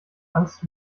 angst